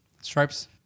Stripes